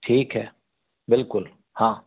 ठीक है बिल्कुल हाँ